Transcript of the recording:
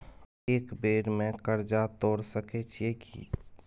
एक बेर में कर्जा तोर सके छियै की?